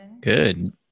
Good